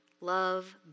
Love